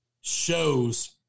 shows